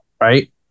right